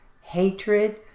hatred